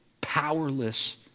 powerless